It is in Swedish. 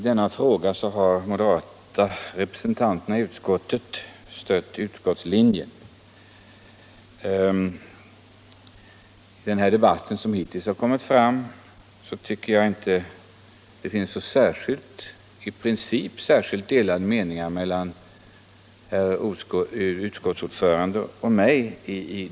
Herr talman! De moderata representanterna i utskottet har i denna fråga stött utskottets linje, och i den debatt som här har förts tycker jag inte att det har förekommit några i princip delade meningar mellan utskottets ordförande och mig.